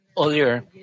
Earlier